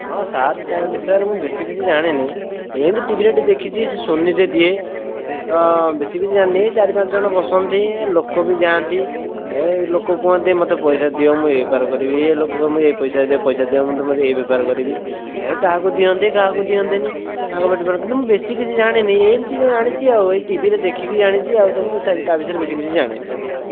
ହଁ Shark Tank ବିଷୟରେ ମୁଁ ବେଶି କିଛି ଜାଣିନି ଏମିତି ଟିଭିରେ ଟିକେ ଦେଖିଛି ସେ ସୋନିରେ ଦିଏ ତ ବେଶି କିଛି ଜାଣିନି ଚାରି ପାଞ୍ଚ ଜଣ ବସନ୍ତି ଲୋକ ବି ଯାଆନ୍ତି ଏ ଲୋକ କୁହନ୍ତି ମତେ ପଇସା ଦିଅ ମୁଁ ଏଇ ବେପାର କରିବି ଏ ଲୋକ କହିବ ମୁଁ ଏ ପଇସା ଦିଅ ପଇସା ଦିଅ ମୁଁ ଏଇ ବେପାର କରିବି ହେ କାହାକୁ ଦିଅନ୍ତି କାହାକୁ ଦିଅନ୍ତିନି କିନ୍ତୁ ମୁଁ ବେଶି କିଛି ଜାଣିନି ଏମିତି ଯାଣିଛି ଆଉ ଟିଭିରେ ଦେଖିକି ଜାଣିଛି ଆଉ ତ ମୁଁ ତା ବିଷୟରେ ବେଶି କିଛି ଜାଣିନି